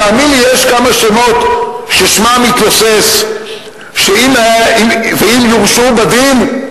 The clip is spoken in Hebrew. תאמין לי, יש כמה ששמם מתנוסס, ואם יורשעו בדין,